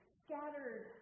scattered